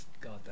god